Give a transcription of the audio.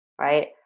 right